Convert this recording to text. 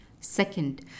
Second